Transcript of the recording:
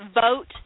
vote